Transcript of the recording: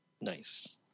Nice